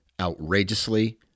outrageously